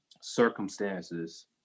circumstances